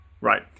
right